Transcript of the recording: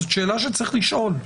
זאת שאלה שצריך לשאול,